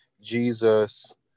Jesus